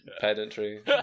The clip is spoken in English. pedantry